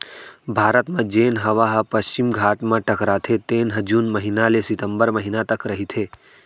भारत म जेन हवा ह पस्चिम घाट म टकराथे तेन ह जून महिना ले सितंबर महिना तक रहिथे